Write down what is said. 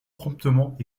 promptement